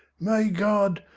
my god,